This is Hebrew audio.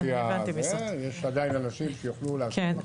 יש עדיין אנשים שיוכלו להשיב.